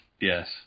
Yes